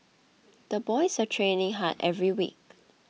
the boys are training hard every week